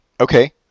Okay